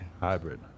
Hybrid